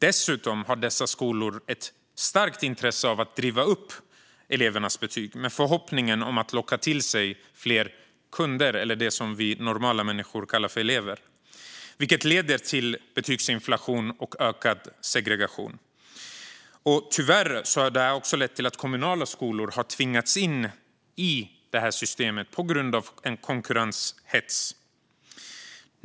Dessutom har dessa skolor ett starkt intresse av att driva upp elevernas betyg med förhoppningen om att locka till sig fler kunder eller elever, som vi normala människor kallar dem, vilket leder till betygsinflation och ökad segregation. Tyvärr har detta också lett till att kommunala skolor har tvingats in i det systemet på grund av en konkurrenshets.